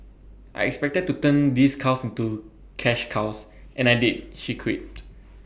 I expected to turn these cows into cash cows and I did she quipped